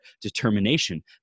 determination